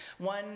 One